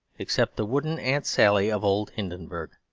except the wooden aunt sally of old hindenburg.